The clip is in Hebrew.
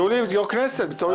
יולי בתור יושב-ראש הכנסת.